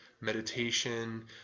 meditation